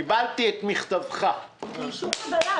קיבלתי את מכתבך, אמרתי.